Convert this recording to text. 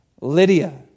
Lydia